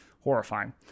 horrifying